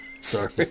Sorry